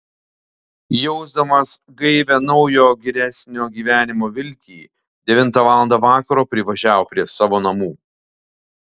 jausdamas gaivią naujo geresnio gyvenimo viltį devintą valandą vakaro privažiavo prie savo namų